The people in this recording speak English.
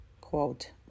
Quote